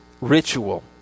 ritual